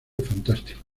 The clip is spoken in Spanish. fantástico